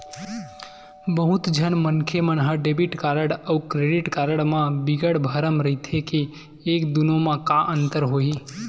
बहुत झन मनखे मन ह डेबिट कारड अउ क्रेडिट कारड म बिकट भरम रहिथे के ए दुनो म का अंतर होही?